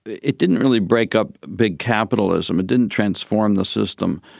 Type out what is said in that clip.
it it didn't really break up big capitalism, it didn't transform the system,